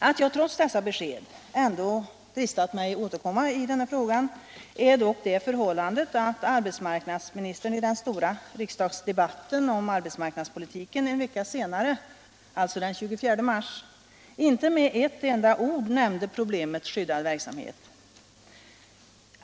Att jag trots dessa besked ändå dristat mig att återkomma i den här frågan beror på att arbetsmarknadsministern i den stora riksdagsdebatten om arbetsmarknadspolitiken en vecka senare — alltså den 24 mars — inte med ett enda ord nämnde problemet skyddad verksamhet.